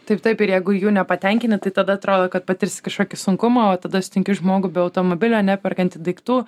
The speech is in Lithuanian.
taip taip ir jeigu jų nepatenkini tai tada atrodo kad patirsi kažkokį sunkumą o tada sutinki žmogų be automobilio neperkantį daiktų